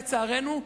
לצערנו,